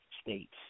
states